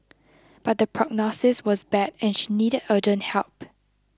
but the prognosis was bad and she needed urgent help